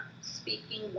speaking